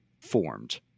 formed